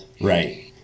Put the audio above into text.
right